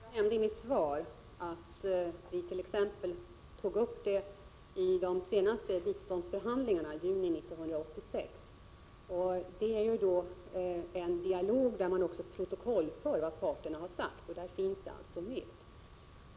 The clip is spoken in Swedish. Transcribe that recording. Fru talman! Jag nämnde i mitt svar att vi t.ex. tog upp detta i de senaste biståndsförhandlingarna i juni 1986. Det är då en dialog där man också protokollför vad parterna har sagt, och där finns det alltså med.